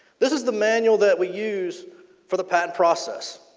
this is the menu that we use for the patent process.